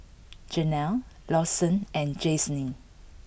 Janel Lawson and Jaclyn